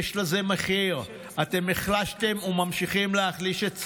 יש לזה מחיר, אתם החלשתם וממשיכים להחליש את צה"ל.